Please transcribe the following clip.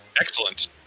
Excellent